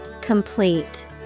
Complete